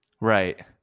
Right